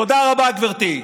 תודה רבה, גברתי.